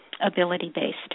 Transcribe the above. ability-based